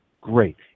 great